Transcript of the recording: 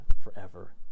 forever